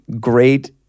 great